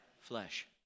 flesh